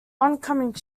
oncoming